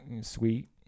sweet